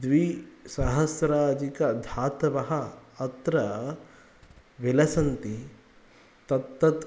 द्विसहस्राधिकधातवः अत्र विलसन्ति तत्तत्